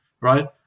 right